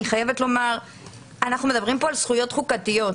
אני חייבת לומר שאנחנו מדברים כאן על זכויות חוקתיות,